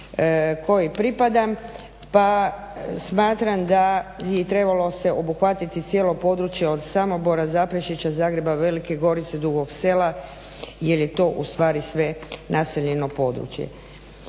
kojoj pripadam pa smatram da bi trebalo se obuhvatiti cijelo područje od Samobora, Zaprešića, Zagreba, Velike Gorice, Dugog sela jer je to ustvari sve naseljeno područje.